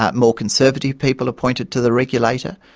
ah more conservative people appointed to the regulator?